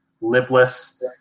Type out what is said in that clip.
lipless